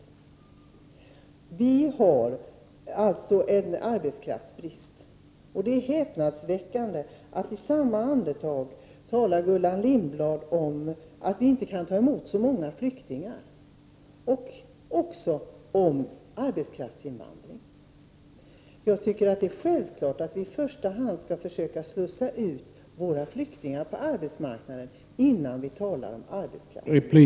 Det är riktigt att vi har en arbetskraftsbrist. Men det är häpnadsväckande att Gullan Lindblad säger att vi inte kan emot så många flyktingar, i samma andetag som hon talar om arbetskraftsinvandring. Jag tycker det är självklart att vi i första hand skall försöka slussa ut våra flyktingar på arbetsmarknaden, innan vi börjar tala om arbetskraftsinvandring.